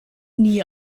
nie